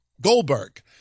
Goldberg